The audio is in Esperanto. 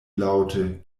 laŭte